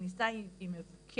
הכניסה היא מוכרת.